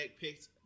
picked